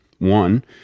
One